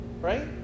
right